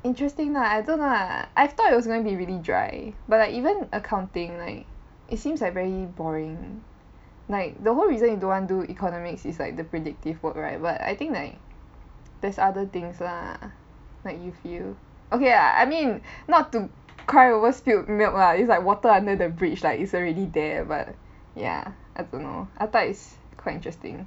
interesting lah I don't know lah I thought it was going to be really dry but like even accounting like it seems like very boring like the whole reason you don't want do economics is like the predictive work right but I think like there's other things lah that you've you okay lah I mean not to cry over spilt milk lah it's like water under the bridge like it's already there but ya I don't know I thought it's quite interesting